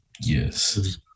Yes